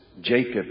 Jacob